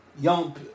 Young